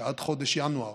שעד חודש ינואר